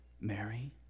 Mary